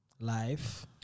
life